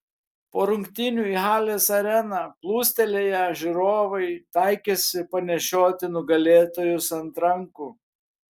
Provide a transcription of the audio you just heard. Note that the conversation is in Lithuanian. po rungtynių į halės areną plūstelėję žiūrovai taikėsi panešioti nugalėtojus ant rankų